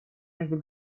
между